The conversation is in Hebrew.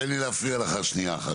תן לי להפריע לך שניה אחת,